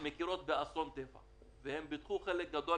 מכירות באסון טבע והן ביטחו חלק גדול